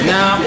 Now